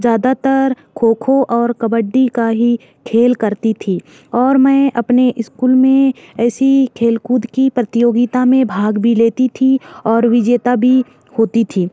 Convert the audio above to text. ज़्यादातर खो खो और कबड्डी का ही खेल करती थी और मैं अपने इस्कूल में ऐसी खेलकूद की प्रतियोगिता में भाग भी लेती थी और विजेता भी होती थी